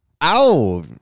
Ow